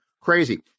crazy